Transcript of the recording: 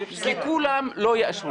כי כולם לא יאשרו.